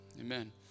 Amen